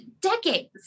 decades